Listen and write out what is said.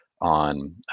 on